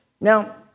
Now